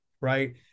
Right